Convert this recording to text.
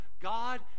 God